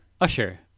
Usher